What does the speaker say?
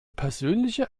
persönliche